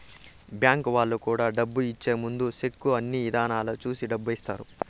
bank వాళ్ళు కూడా డబ్బు ఇచ్చే ముందు సెక్కు అన్ని ఇధాల చూసి డబ్బు ఇత్తారు